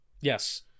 Yes